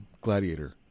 Gladiator